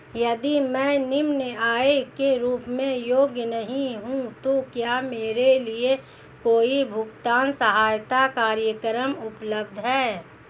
यदि मैं निम्न आय के रूप में योग्य नहीं हूँ तो क्या मेरे लिए कोई भुगतान सहायता कार्यक्रम उपलब्ध है?